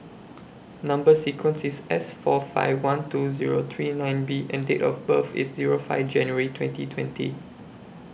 Number sequence IS S four five one two Zero three nine B and Date of birth IS Zero five January twenty twenty